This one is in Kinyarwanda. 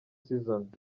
seasons